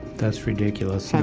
that is ridiculous.